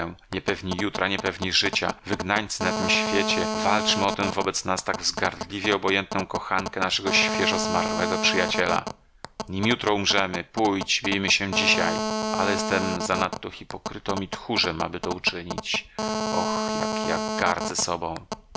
sukę niepewni jutra niepewni życia wygnańcy na tym świecie walczmy o tę wobec nas tak wzgardliwie obojętną kochankę naszego świeżo zmarłego przyjaciela nim jutro umrzemy pójdź bijmy się dzisiaj ale jestem zanadto hipokrytą i tchórzem aby to uczynić oh jak ja gardzę sobą